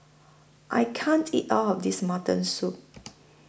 I can't eat All of This Mutton Soup